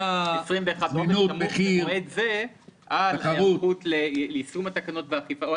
2022 על היערכות ליישום התקנות והיערכות לאכיפתן.